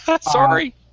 Sorry